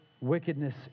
wickedness